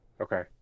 Okay